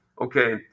okay